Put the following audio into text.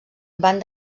van